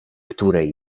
której